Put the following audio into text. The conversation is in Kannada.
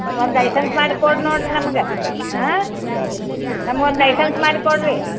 ಒಂದು ಲೈಸನ್ಸ್ ಮಾಡಿ ಕೊಡಿ ನೋಡಿರಿ ನಮಗೆ ಹಾಂ ನಮ್ಗೊಂದು ಲೈಸೆನ್ಸ್ ಮಾಡಿ ಕೊಡಿರಿ